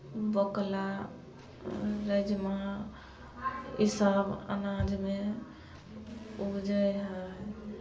बकुला राजमा ईसभ अनाजमे उपजै हइ